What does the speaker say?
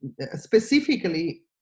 specifically